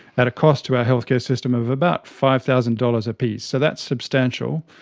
at a cost to our healthcare system of about five thousand dollars a piece, so that's substantial.